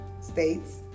states